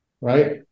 right